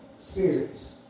spirits